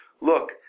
look